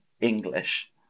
English